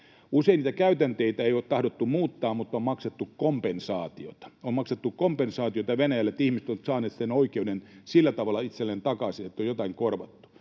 Usein niitä käytänteitä ei ole tahdottu muuttaa mutta on maksettu kompensaatiota: on maksettu kompensaatiota Venäjälle, eli ihmiset ovat saaneet sillä tavalla oikeuden itselleen takaisin, että jotain on korvattu.